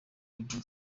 babyina